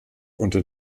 unter